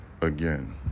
again